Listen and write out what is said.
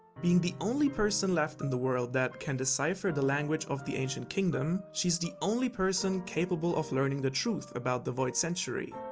being the only person left in the world that can decipher the language of the ancient kingdom, she is the only person capable of learning the truth about the void century.